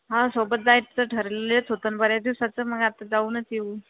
हो सोबत जायचं ठरलेलंच होतं ना बऱ्याच दिवसाचं मग आता जाऊनच येऊ